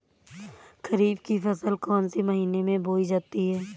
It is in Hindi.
खरीफ की फसल कौन से महीने में बोई जाती है?